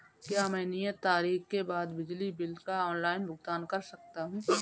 क्या मैं नियत तारीख के बाद बिजली बिल का ऑनलाइन भुगतान कर सकता हूं?